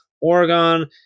Oregon